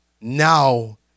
now